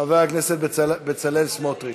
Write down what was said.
חבר הכנסת בצלאל סמוטריץ.